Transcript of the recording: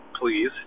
please